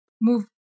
move